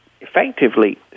effectively